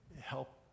help